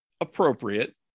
appropriate